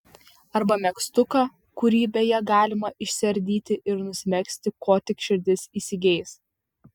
arba megztuką kurį beje galima išsiardyti ir nusimegzti ko tik širdis įsigeis